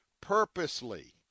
purposely